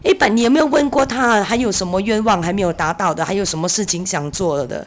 eh but 你有没有问过她还有什么愿望还没有达到还有什么事情想做的